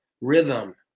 rhythm